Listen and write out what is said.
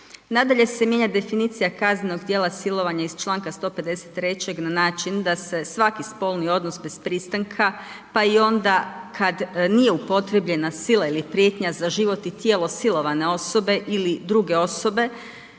Nadalje se mijenja definicija kaznenog djela silovanja iz Članka 153. na način da se svaki spolni odnos bez pristanka pa i onda kad nije upotrijebljena sila ili prijetnja za život i tijelo silovane osobe ili druge osobe